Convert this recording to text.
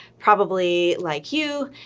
probably like you,